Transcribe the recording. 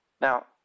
Now